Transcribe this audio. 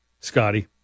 Scotty